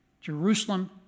Jerusalem